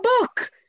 book